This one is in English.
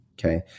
Okay